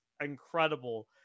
incredible